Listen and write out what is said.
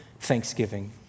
thanksgiving